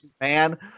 man